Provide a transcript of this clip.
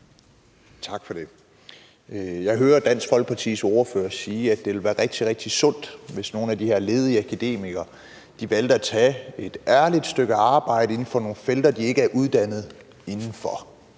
Tak for det. Jeg hører Dansk Folkepartis ordfører sige, at det ville være rigtig, rigtig sundt, hvis nogle af de her ledige akademikere valgte at tage et ærligt stykke arbejde inden for nogle felter, de ikke er uddannet inden for,